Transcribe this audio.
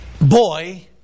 boy